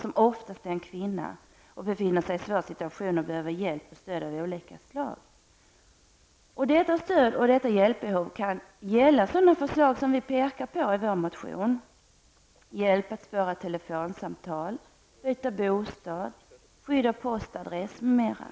Det är oftast en kvinna som befinner sig i svåra situationer och behöver hjälp och stöd av olika slag. Detta stöd och detta hjälpbehov kan gälla sådana saker som vi pekar på i vår motion, t.ex. hjälp att spåra telefonsamtal, hjälp att byta bostad, skydd av postadress m.m.